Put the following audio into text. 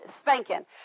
spanking